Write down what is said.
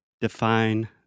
define